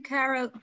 Carol